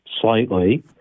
slightly